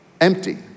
empty